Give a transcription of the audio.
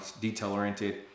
detail-oriented